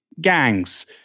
gangs